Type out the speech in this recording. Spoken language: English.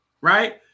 right